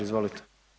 Izvolite.